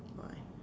five